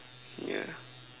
yeah